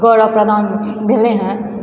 गौरव प्रदान भेलै हँ